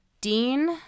Dean